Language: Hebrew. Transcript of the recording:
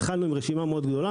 התחלנו עם רשימה מאוד גדולה,